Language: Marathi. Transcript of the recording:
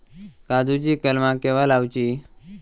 काजुची कलमा केव्हा लावची?